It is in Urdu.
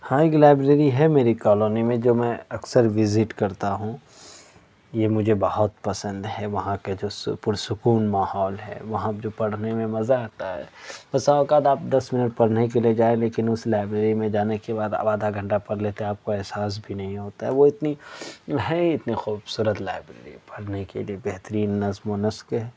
ہاں ایک لائبریری ہے میری کالونی میں جب میں اکثر وزٹ کرتا ہوں یہ مجھے بہت پسند ہے وہاں کہ جو پر سکون ماحول ہے وہاں جو پڑھنے میں مزہ آتا ہے بسااوقات آپ دس منٹ پڑھنے کے لیے جائیں لیکن اس لائبریری میں جانے کے بعد آپ آدھا گھنٹہ پڑھ لیتے ہیں آپ کو احساس بھی نہیں ہوتا وہ اتنی ہے اتنی خوبصورت لائبریری پڑھنے کے لیے بہترین نظم و نسق ہے